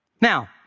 Now